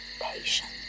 patience